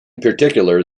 particular